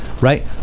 right